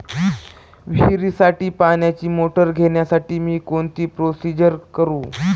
विहिरीसाठी पाण्याची मोटर घेण्यासाठी मी कोणती प्रोसिजर करु?